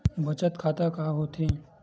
बचत खाता का होथे?